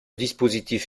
dispositif